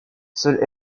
seule